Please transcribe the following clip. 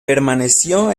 permaneció